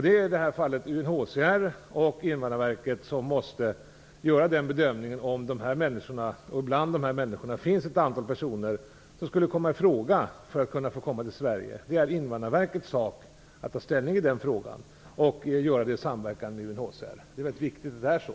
Det är UNHCR och Invandrarverket som måste göra bedömningen om det bland dessa människor finns ett antal personer som skulle komma i fråga för att få komma till Sverige. Det är Invandrarverkets sak att ta ställning i den frågan och göra det i samverkan med UNHCR. Det är väldigt viktigt att det är så.